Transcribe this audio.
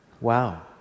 Wow